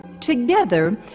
Together